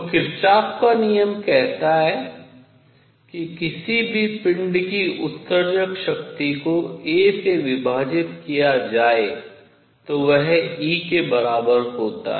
तो किरचॉफ का नियम कहता है कि किसी भी पिंड की उत्सर्जक शक्ति को a से विभाजित किया जाता है तो वह E के बराबर होता है